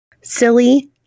Silly